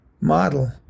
model